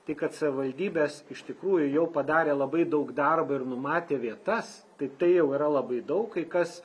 tai kad savivaldybės iš tikrųjų jau padarė labai daug darbo ir numatė vietas tai tai jau yra labai daug kai kas